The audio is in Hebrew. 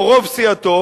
או רוב סיעתו,